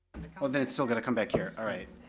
like ah but then it's still gonna come back here. all right.